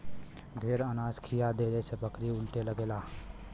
ढेर अनाज खिया देहले से बकरी उलटे लगेला